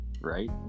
Right